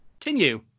continue